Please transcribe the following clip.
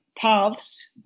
paths